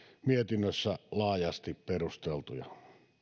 mietinnössä laajasti perusteltuja